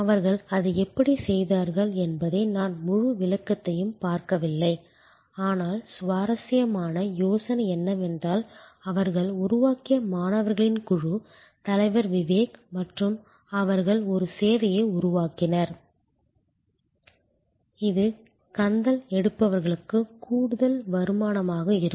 அவர்கள் அதை எப்படி செய்தார்கள் என்பதை நான் முழு விளக்கத்தையும் பார்க்கவில்லை ஆனால் சுவாரஸ்யமான யோசனை என்னவென்றால் அவர்கள் உருவாக்கிய மாணவர்களின் குழு தலைவர் விவேக் மற்றும் அவர்கள் ஒரு சேவையை உருவாக்கினர் இது கந்தல் எடுப்பவர்களுக்கு கூடுதல் வருமானமாக இருக்கும்